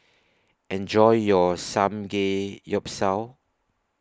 Enjoy your Samgeyopsal